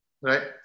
Right